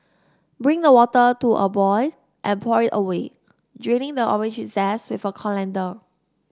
bring the water to a boy and pour it away draining the orange zest with a colander